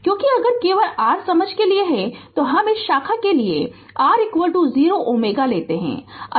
क्योंकि अगर केवल r समझ के लिए लें कि हम इस शाखा के लिए R 0 Ω लेते है